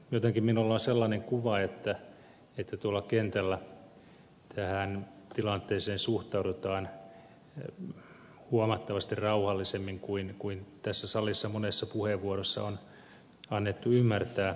jotenkin minulla on sellainen kuva että tuolla kentällä tähän tilanteeseen suhtaudutaan huomattavasti rauhallisemmin kuin tässä salissa monessa puheenvuorossa on annettu ymmärtää